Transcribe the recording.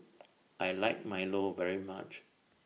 I like Milo very much